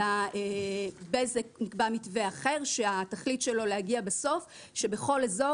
אלא נקבע מתווה אחר שהתכלית שלו להגיע בסוף שבכל אזור